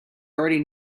already